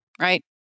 Right